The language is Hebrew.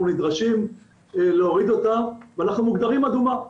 נדרשים להוריד אותה ואנחנו מוגדרים מדינה אדומה.